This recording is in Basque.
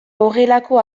horrelako